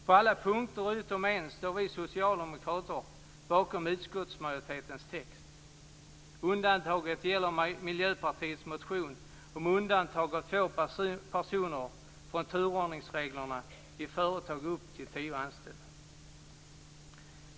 På alla punkter utom en står vi socialdemokrater bakom utskottsmajoritetens text. Undantaget gäller Miljöpartiets motion om undantag av två personer från turordningsreglerna i företag med upp till tio anställda.